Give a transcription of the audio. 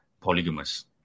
Polygamous